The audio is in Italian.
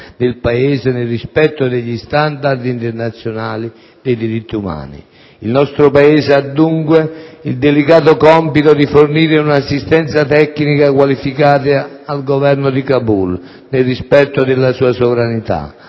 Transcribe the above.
nel Paese nel rispetto degli *standard* internazionali dei diritti umani. Il nostro Paese ha, dunque, il delicato compito di fornire un'assistenza tecnica qualificata al Governo di Kabul, nel rispetto della sua sovranità.